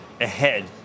ahead